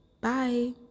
Bye